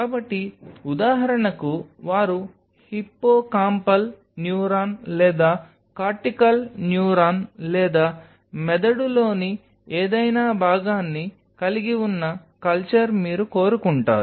కాబట్టి ఉదాహరణకు వారు హిప్పోకాంపల్ న్యూరాన్ లేదా కార్టికల్ న్యూరాన్ లేదా మెదడులోని ఏదైనా భాగాన్ని కలిగి ఉన్న కల్చర్ మీరు కోరుకుంటారు